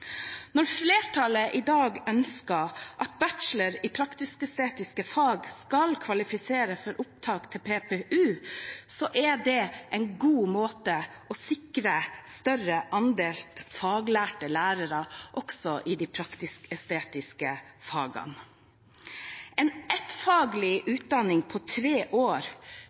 Når flertallet i dag ønsker at en bachelor i praktisk-estetiske fag skal kvalifisere for opptak til PPU, er det en god måte å sikre en større andel faglærte lærere også i de praktisk-estetiske fagene på. En ettfaglig utdanning på tre år